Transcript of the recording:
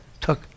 took